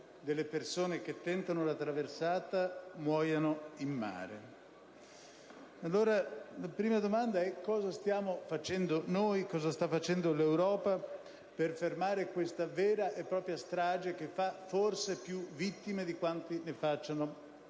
delle persone che tentano la traversata muoiano in mare. Allora, la prima domanda è cosa stiamo facendo, noi e l'Europa, per fermare questa vera e propria strage, che fa forse più vittime di quanti ne facciano